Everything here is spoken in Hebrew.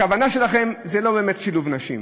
הכוונה שלכם היא לא באמת שילוב נשים.